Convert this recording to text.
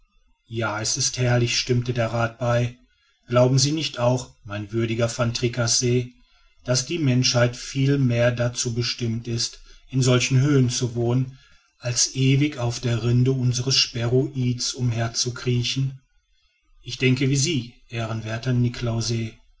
ja es ist herrlich stimmte der rath bei glauben sie nicht auch mein würdiger van tricasse daß die menschheit viel mehr dazu bestimmt ist in solchen höhen zu wohnen als ewig auf der rinde unseres sphäroids umher zu kriechen ich denke wie sie ehrenwerther niklausse